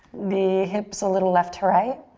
the hips a little left to right.